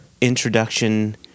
introduction